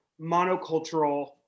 monocultural